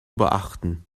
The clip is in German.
beachten